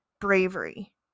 bravery